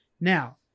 Now